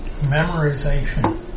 memorization